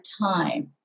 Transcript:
time